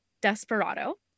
Desperado